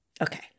Okay